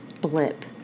blip